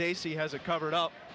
daisey has a covered up